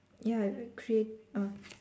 ya create on